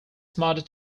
smarter